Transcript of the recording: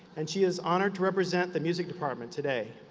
and she is honored to represent the music department today.